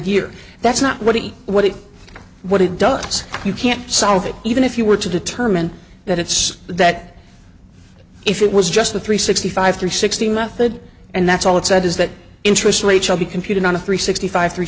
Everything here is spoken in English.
year that's not what he what it what it does you can't solve it even if you were to determine that it's that if it was just a three sixty five three sixty method and that's all it said is that interest rates will be computed on a three sixty five three